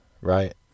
right